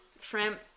shrimp